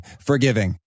forgiving